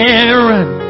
Aaron